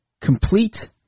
complete